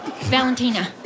Valentina